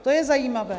To je zajímavé.